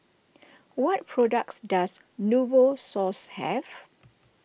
what products does Novosource have